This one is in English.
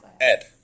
Ed